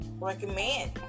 recommend